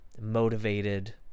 motivated